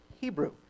Hebrew